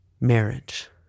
Marriage